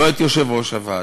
לא את יושב-ראש הוועדה,